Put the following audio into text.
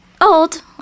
Old